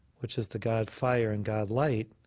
which is the god-fire and god-light.